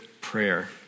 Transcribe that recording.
prayer